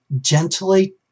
gently